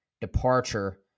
departure